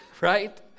Right